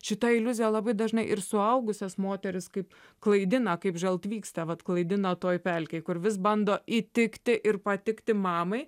šita iliuzija labai dažnai ir suaugusias moteris kaip klaidina kaip žaltvykslė vat klaidina toj pelkėj kur vis bando įtikti ir patikti mamai